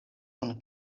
kun